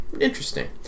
interesting